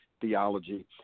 theology